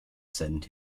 send